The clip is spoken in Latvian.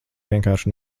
vienkārši